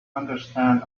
understand